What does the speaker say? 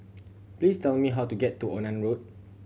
please tell me how to get to Onan Road